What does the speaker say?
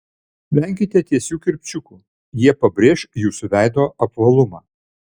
venkite tiesių kirpčiukų jie pabrėš jūsų veido apvalumą